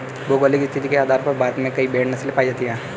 भौगोलिक स्थिति के आधार पर भारत में कई भेड़ नस्लें पाई जाती हैं